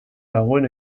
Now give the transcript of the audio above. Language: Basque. dagoen